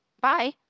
bye